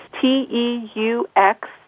T-E-U-X